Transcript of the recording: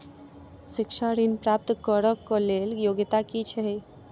शिक्षा ऋण प्राप्त करऽ कऽ लेल योग्यता की छई?